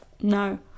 no